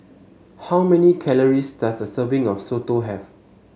how many calories does a serving of soto have